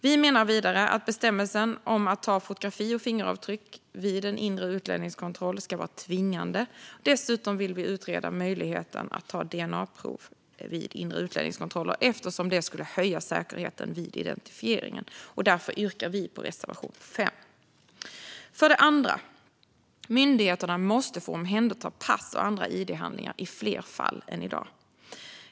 Vi menar vidare att bestämmelsen om att ta fotografi och fingeravtryck vid en inre utlänningskontroll ska vara tvingande. Dessutom vill vi utreda möjligheten att ta dna-prov vid inre utlänningskontroller, eftersom det skulle höja säkerheten vid identifieringen. Därför yrkar vi bifall till reservation 5. För det andra: Myndigheterna måste få omhänderta pass och andra id-handlingar i fler fall än i dag.